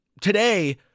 today